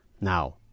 Now